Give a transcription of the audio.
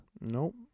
Nope